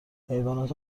حیوانات